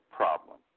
problem